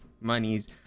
monies